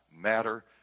Matter